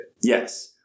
Yes